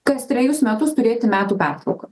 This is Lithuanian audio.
kas trejus metus turėti metų pertrauką